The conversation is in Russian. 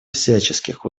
всяческих